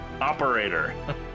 operator